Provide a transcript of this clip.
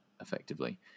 effectively